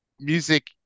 music